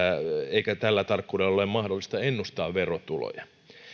eikä tällä tarkkuudella ole mahdollista ennustaa verotuloja